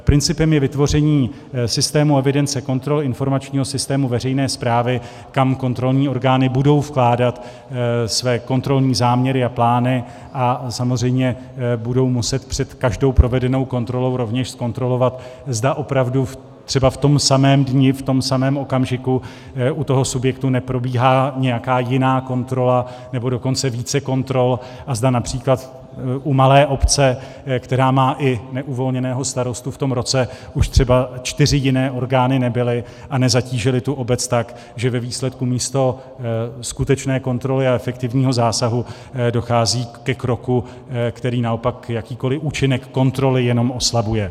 Principem je vytvoření systému evidence kontrol informačního systému veřejné správy, kam kontrolní orgány budou vkládat své kontrolní záměry a plány, a samozřejmě budou muset před každou provedenou kontrolou rovněž zkontrolovat, zda opravdu v tom samém dni, v tom samém okamžiku u toho subjektu neprobíhá nějaká jiná kontrola, nebo dokonce více kontrol a zda například u malé obce, která má i neuvolněného starostu, v tom roce už třeba čtyři jiné orgány nebyly a nezatížily tu obec tak, že ve výsledku místo skutečné kontroly a efektivního zásahu dochází ke kroku, který naopak jakýkoli účinek kontroly jenom oslabuje.